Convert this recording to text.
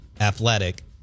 athletic